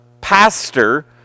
pastor